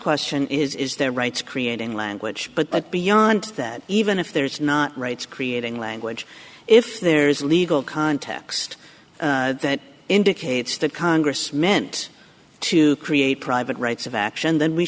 question is is there rights creating language but beyond that even if there is not rights creating language if there is a legal context that indicates that congress meant to create private rights of action then we